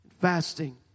fasting